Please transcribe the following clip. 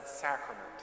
Sacrament